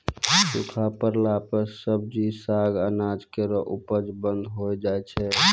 सूखा परला पर सब्जी, साग, अनाज केरो उपज बंद होय जाय छै